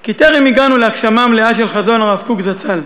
כי טרם הגענו להגשמה מלאה של חזון הרב קוק זצ"ל.